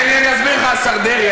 אז תן לי, אני אסביר לך, השר דרעי.